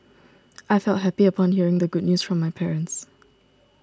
I felt happy upon hearing the good news from my parents